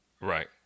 Right